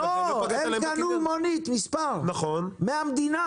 אבל לא פגעת להם בקניין.